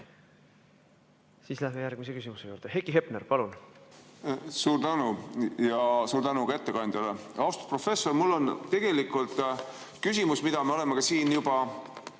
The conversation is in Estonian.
Läheme järgmise küsimuse juurde. Heiki Hepner, palun! Suur tänu! Ja suur tänu ka ettekandjale! Austatud professor! Mul on tegelikult küsimus, mida me oleme ka siin juba